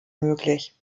möglich